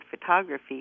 photography